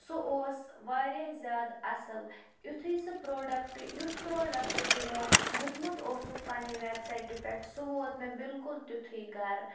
سُہ اوس واریاہ زیادٕ اَصٕل یُتھُے سُہ پرٛوڈَکٹ یُتھ پرٛوڈَکٹ تِمو دیُٚتمُت اوسُکھ پنٛنہِ ویبسایٹہِ پٮ۪ٹھ سُہ ووت مےٚ بلکل تیُتھُے گَرٕ